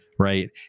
Right